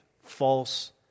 false